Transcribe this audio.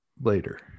later